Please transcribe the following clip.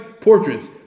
portraits